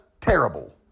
terrible